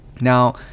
Now